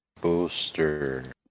Booster